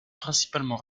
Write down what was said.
principalement